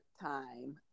time